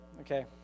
okay